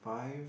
five